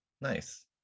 Nice